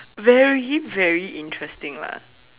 very very interesting lah